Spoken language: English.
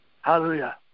Hallelujah